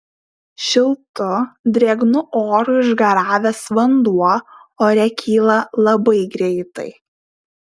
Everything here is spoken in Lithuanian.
šiltu drėgnu oru išgaravęs vanduo ore kyla labai greitai